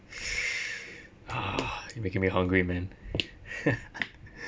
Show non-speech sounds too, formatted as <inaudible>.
<noise> you making me hungry man <laughs>